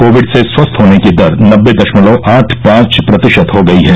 Covid से स्वस्थ होने की दर नब्बे दशमलव आठ पांच प्रतिशत हो गई है